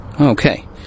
Okay